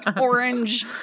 orange